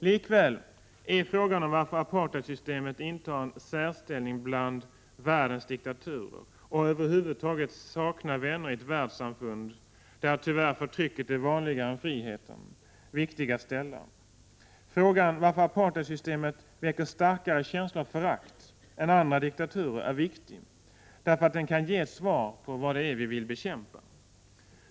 Likväl är frågan varför apartheidsystemet intar en särställning bland världens diktaturer, och över huvud taget saknar vänner i ett världssamfund där förtrycket tyvärr är vanligare än frihet, viktig att ställa. Frågan varför apartheidsystemet väcker starkare känslor av förakt än andra diktaturer är viktig, därför att den kan ge svar på vad det är vi vill bekämpa.